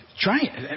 Try